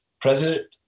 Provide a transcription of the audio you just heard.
President